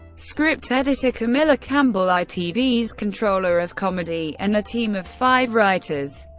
script editor camilla campbell, itv's controller of comedy, and a team of five writers.